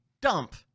dump